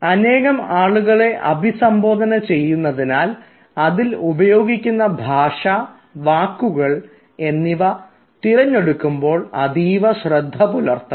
അനേകം ആളുകളെ അഭിസംബോധന ചെയ്യുന്നതിനാൽ അതിൽ ഉപയോഗിക്കുന്ന ഭാഷ വാക്കുകൾ എന്നിവ തിരഞ്ഞെടുക്കുമ്പോൾ അതീവ ശ്രദ്ധ പുലർത്തണം